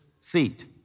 feet